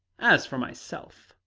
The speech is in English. as for myself,